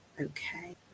okay